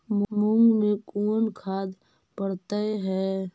मुंग मे कोन खाद पड़तै है?